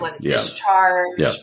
discharge